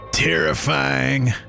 Terrifying